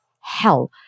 hell